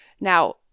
Now